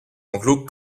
enclos